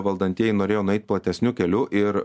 valdantieji norėjo nueit platesniu keliu ir